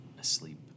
asleep